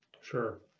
Sure